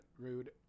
Rude